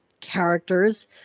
characters